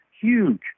huge